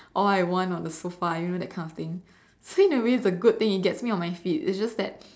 all I want on the sofa you know that kind of thing so in a way it's a good thing it gets me on my feet it's just that